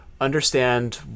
understand